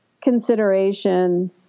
consideration